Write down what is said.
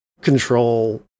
control